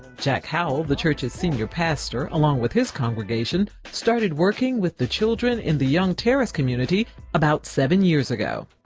jack howell, the church's senior pastor, along with his congregation, started working with the children in the young terrace community about seven years ago.